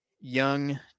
young